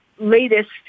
Latest